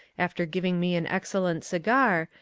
after giving me an excellent cigar,